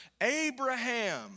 Abraham